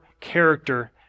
character